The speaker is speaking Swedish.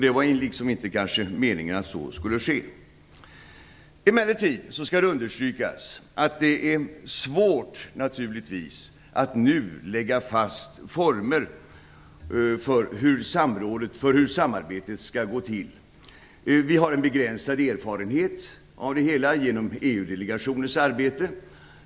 Det var kanske inte meningen att så skulle ske. Emellertid skall det understrykas att det naturligtvis är svårt att nu lägga fast former för hur samarbetet skall gå till. Vi har en begränsad erfarenhet av det hela genom EU-delegationens arbete.